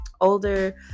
older